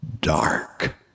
dark